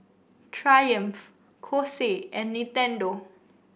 Triumph Kose and Nintendo